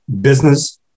business